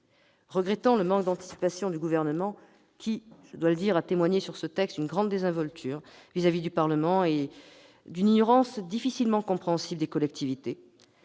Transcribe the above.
Regrettant le manque d'anticipation du Gouvernement, qui a témoigné, je dois le dire, d'une grande désinvolture vis-à-vis du Parlement et d'une ignorance difficilement compréhensible des collectivités,